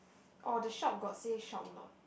oh the shop got say shop or not